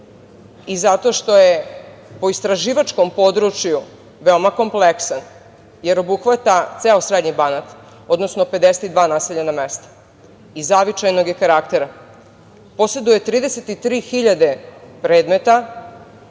i zato što je po istraživačkom području veoma kompleksan, jer obuhvata ceo srednji Banat, odnosno 52 naseljena mesta. Zavičajnog je karaktera, poseduje 33 hiljade predmeta